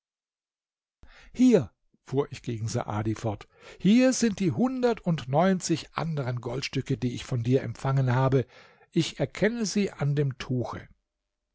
hier fuhr ich gegen saadi fort hier sind die hundert und neunzig anderen goldstücke die ich von dir empfangen habe ich erkenne sie an dem tuche